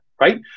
right